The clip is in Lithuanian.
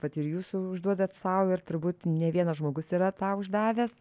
vat ir jūs užduodat sau ir turbūt ne vienas žmogus yra tą uždavęs